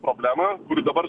problema kuri dabar